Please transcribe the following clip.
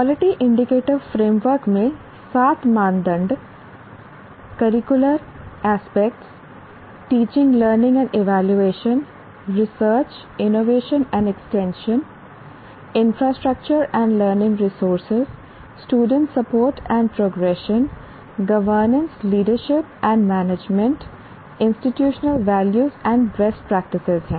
quality indicator framework में सात मानदंड curricular aspect teaching learning and evaluation research innovation and extension infrastructure and learning resources student support and progression governance leadership and management governance leadership and management and institutional value and best practices हैं